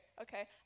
okay